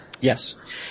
Yes